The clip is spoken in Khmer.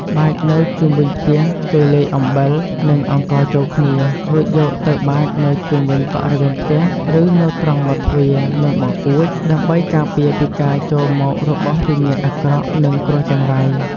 បាចនៅជុំវិញផ្ទះគេលាយអំបិល និងអង្ករចូលគ្នា រួចយកទៅបាចនៅជុំវិញបរិវេណផ្ទះ ឬនៅត្រង់មាត់ទ្វារ និងបង្អួច ដើម្បី ការពារពីការចូលមករបស់វិញ្ញាណអាក្រក់ និងគ្រោះចង្រៃ។